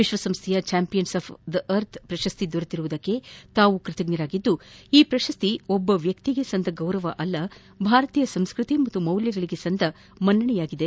ವಿಶ್ವಸಂಸ್ಥೆಯ champions of earth ಪ್ರಶಸ್ತಿ ದೊರೆತಿರುವುದಕ್ಕೆ ತಾವು ಕೃತಜ್ಞರಾಗಿದ್ದು ಈ ಪ್ರಶಸ್ತಿ ಒಬ್ಬ ವ್ಯಕ್ತಿಗೆ ಸಂದ ಗೌರವವಲ್ಲ ಭಾರತೀಯ ಸಂಸ್ಕೃತಿ ಮತ್ತು ಮೌಲ್ಯಗಳಿಗೆ ಸಂದ ಮನ್ನಣೆಯಾಗಿದೆ